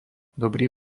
dobrý